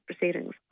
proceedings